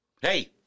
Hey